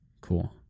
Cool